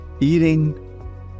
eating